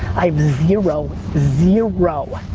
i've zero, zero,